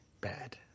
bad